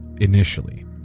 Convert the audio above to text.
Initially